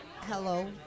Hello